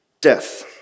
death